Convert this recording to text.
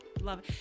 love